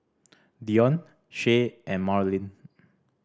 Deonte Shay and Marlin